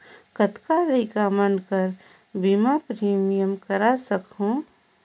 कतना लइका मन कर बीमा प्रीमियम करा सकहुं?